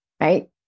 Right